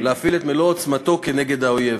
להפעיל את מלוא עוצמתו כנגד האויב,